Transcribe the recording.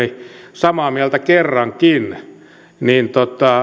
samaa mieltä kerrankin